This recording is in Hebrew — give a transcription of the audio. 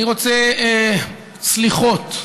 רגע לפני הברכות אני רוצה סליחות.